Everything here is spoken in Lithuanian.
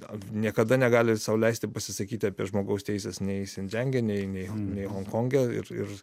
niekada negali sau leisti pasisakyti apie žmogaus teises nei sin dzenge nei nei honkonge ir ir